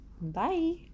bye